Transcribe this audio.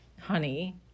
honey